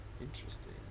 Interesting